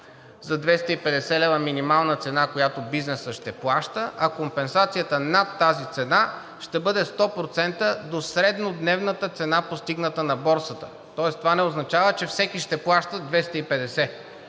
за 250 лв. минимална цена, която бизнесът ще плаща. А компенсацията над тази цена ще бъде 100% до среднодневната цена, постигната на борсата. Тоест това не означава, че всеки ще плаща 250.